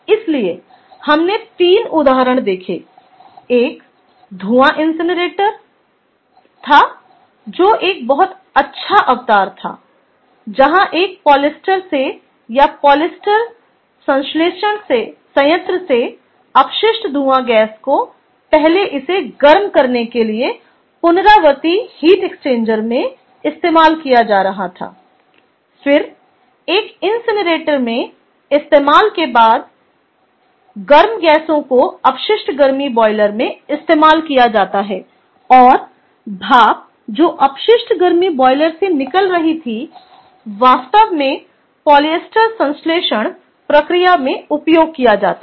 इसलिए हमने 3 उदाहरण देखे एक धूआं इनसिनरेटर था जो एक बहुत अच्छा अवतार था जहां एक पॉलिएस्टर से या पॉलिएस्टर संश्लेषण संयंत्र से अपशिष्ट धूआं गैस को पहले इसे गर्म करने के लिए पुनरावर्ती हीट एक्सचेंजर में इस्तेमाल किया जा रहा था फिर एक इनसिनरेटर में इस्तेमाल के बाद गर्म गैसों को अपशिष्ट गर्मी बॉयलर में इस्तेमाल किया जाता है और भाप जो अपशिष्ट गर्मी बॉयलर से निकल रही थी वास्तव में पॉलिएस्टर संश्लेषण प्रक्रिया में उपयोग किया जाता है